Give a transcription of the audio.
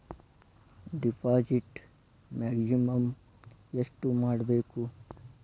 Deposit maximum ಎಷ್ಟು ಮಾಡಬೇಕು?